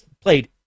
played